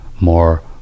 more